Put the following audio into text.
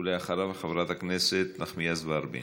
ואחריו, חברת הכנסת נחמיאס ורבין.